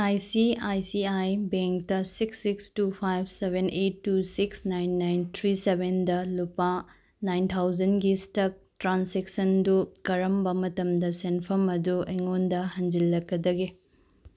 I C I C I ꯕꯦꯡꯇ six six two five seven eight two six nine nine three ꯁꯕꯦꯟꯗ ꯂꯨꯄꯥ ꯅꯥꯏꯟ ꯊꯥꯎꯖꯟꯒꯤ ꯏꯁꯇꯛ ꯇ꯭ꯔꯥꯟꯖꯦꯛꯁꯟꯗꯨ ꯀꯔꯝꯕ ꯃꯇꯝꯗ ꯁꯦꯟꯐꯝ ꯑꯗꯨ ꯑꯩꯉꯣꯟꯗ ꯍꯟꯖꯤꯜꯂꯛꯀꯗꯒꯦ